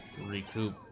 recoup